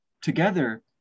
together